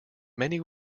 many